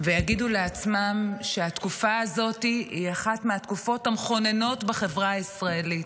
ויגידו לעצמם שהתקופה הזאת היא אחת מהתקופות המכוננת בחברה הישראלית.